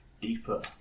deeper